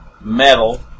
metal